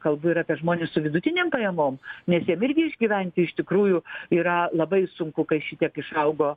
kalbu ir apie žmones su vidutinėm pajamom nes jiem irgi išgyventi iš tikrųjų yra labai sunku kai šitiek išaugo